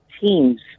teams